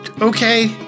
Okay